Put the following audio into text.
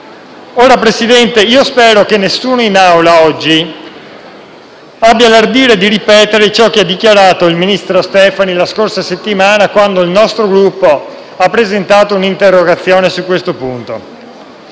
Presidente, spero che nessuno in Aula oggi abbia l'ardire di ripetere ciò che ha dichiarato il ministro Stefani la scorsa settimana, quando il nostro Gruppo ha presentato un'interrogazione sul punto.